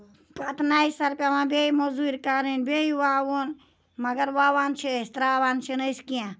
پَتہٕ نَوِ سرٕ پیوان پَتہٕ موٚزوٗرۍ کَرٕنۍ بیٚیہِ وَوُن مَگر وَوان چھِ أسۍ تراوان چھِنہٕ أسۍ کیٚنٛہہ